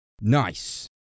Nice